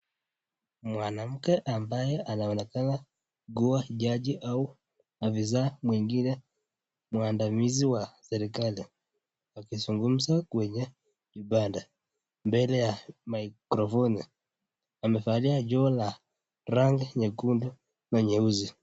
Mwanamke anayeonekana kuwa jaji ama afisa mwingine mwandamizi wa serekali akizungumza kwenye ibada mbele ya mikrofoni amevalia jiwe la rangi nyekundu na nyeusi.